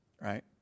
right